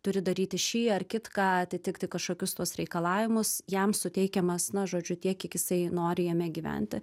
turi daryti šį ar kitką atitikti kažkokius tuos reikalavimus jam suteikiamas na žodžiu tiek kiek jisai nori jame gyventi